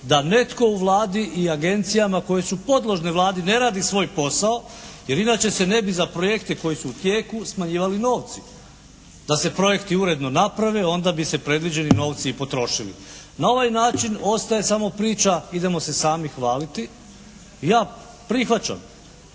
da netko u Vladi i agencijama koje su podložne Vladi ne radi svoj posao jer inače se ne bi za projekte koji su u tijeku smanjivali novci. Da se projekti uredno naprave onda bi se predviđeni novci i potrošili. Na ovaj način ostaje samo priča idemo se sami hvaliti. Ja prihvaćam